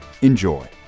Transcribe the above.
Enjoy